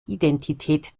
identität